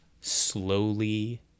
slowly